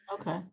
okay